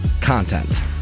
content